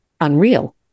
unreal